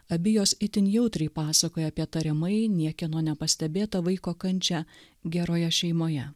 abi jos itin jautriai pasakoja apie tariamai niekieno nepastebėtą vaiko kančia geroje šeimoje